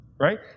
Right